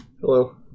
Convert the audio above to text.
Hello